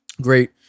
Great